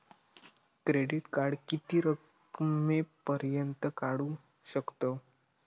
Credit card किती रकमेपर्यंत काढू शकतव?